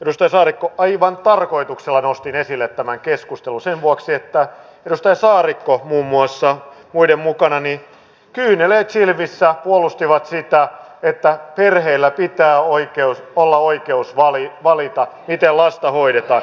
edustaja saarikko aivan tarkoituksella nostin esille tämän keskustelun sen vuoksi että edustaja saarikko muun muassa muiden mukana kyyneleet silmissä puolusti sitä että perheillä pitää olla oikeus valita miten lasta hoidetaan